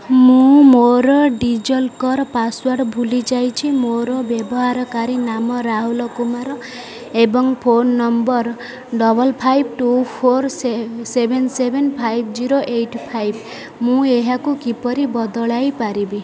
ମୁଁ ମୋର DigiLocker password ଭୁଲିଯାଇଛି ମୋର ବ୍ୟବହାରକାରୀ ନାମ ରାହୁଲ କୁମାର ଏବଂ phone number double five two four seven seven five zero eight five ମୁଁ ଏହାକୁ କିପରି ବଦଳାଇ ପାରିବି